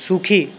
সুখী